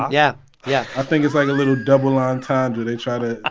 yeah yeah i think it's like a little double entendre. they try to, ah